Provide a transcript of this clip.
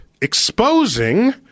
exposing